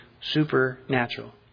supernatural